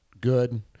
good